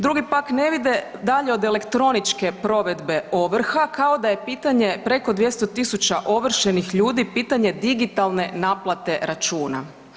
Drugi pak ne vide dalje od elektroničke provedbe ovrha kao da je pitanje preko 200.000 ovršenih ljudi pitanje digitalne naplate računa.